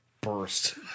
burst